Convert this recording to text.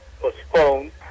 postponed